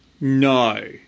No